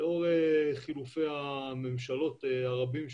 לאור חילופי הממשלות הרבים שהיו,